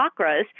chakras